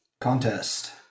Contest